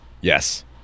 Yes